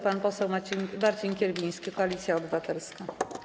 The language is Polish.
Pan poseł Marcin Kierwiński, Koalicja Obywatelska.